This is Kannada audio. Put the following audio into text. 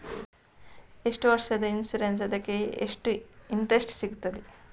ಎಷ್ಟು ವರ್ಷದ ಇನ್ಸೂರೆನ್ಸ್ ಅದಕ್ಕೆ ಎಷ್ಟು ಇಂಟ್ರೆಸ್ಟ್ ಸಿಗುತ್ತದೆ?